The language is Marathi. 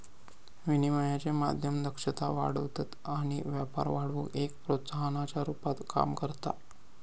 विनिमयाचे माध्यम दक्षता वाढवतत आणि व्यापार वाढवुक एक प्रोत्साहनाच्या रुपात काम करता